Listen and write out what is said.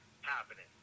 happening